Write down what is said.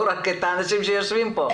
לא רק את האנשים שיושבים פה.